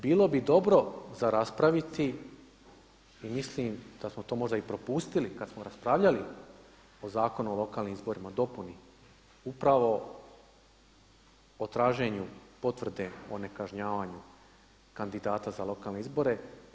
Bilo bi dobro za raspraviti i mislim da smo to možda i propustili kada smo raspravljali o Zakonu o lokalnim izborima, dopuni, upravo o traženju potvrde o nekažnjavanju kandidata za lokalne izbore i